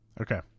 Okay